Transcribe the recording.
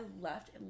left